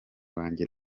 bajye